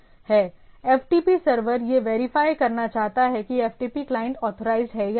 FTP server यह verify करना चाहता है कि FTP क्लाइंट ऑथराइज्ड है या नहीं